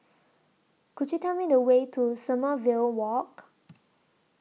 Could YOU Tell Me The Way to Sommerville Walk